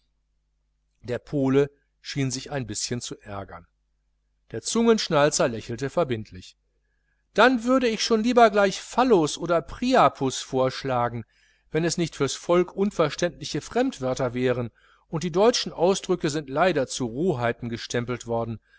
der pole schien sich ein bischen zu ärgern der zungenschnalzer lächelte verbindlich dann würde ich schon lieber gleich phallus oder priapus vorschlagen wenn es nicht fürs volk unverständliche fremdworte wären und die deutschen ausdrücke sind leider zu rohheiten gestempelt worden